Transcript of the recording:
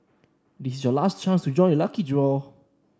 this is your last chance to join the lucky draw